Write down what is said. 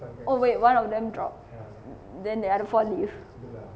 oh wait one of them drop then the other four live